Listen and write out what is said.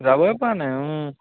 যাবই পৰা নাই